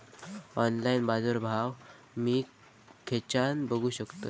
Online बाजारभाव मी खेच्यान बघू शकतय?